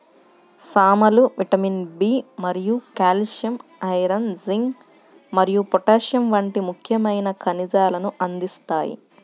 సామలు vitamin B మరియు calcium, iron, zinc మరియు పొటాషియం వంటి ముఖ్యమైన ఖనిజాలను అందిస్తాయి